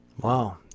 wow